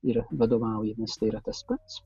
ir vadovaujamės yra tas pats